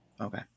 Okay